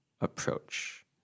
approach